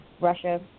Russia